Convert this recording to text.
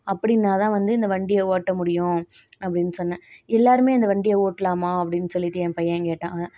அப்படின்னா தான் வந்து இந்த வண்டியை ஓட்ட முடியும் அப்படின்னு சொன்னேன் எல்லோருமே இந்த வண்டியை ஓட்டலாமா அப்படின்னு சொல்லிவிட்டு என் பையன் கேட்டான் அவன்